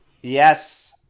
Yes